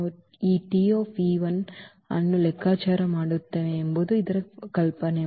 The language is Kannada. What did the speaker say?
ನಾವು ಈ T e 1 ಅನ್ನು ಲೆಕ್ಕಾಚಾರ ಮಾಡುತ್ತೇವೆ ಎಂಬುದು ಇದರ ಕಲ್ಪನೆ